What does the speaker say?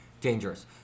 dangerous